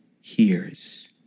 hears